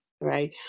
right